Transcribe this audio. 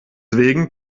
wegen